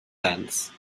sense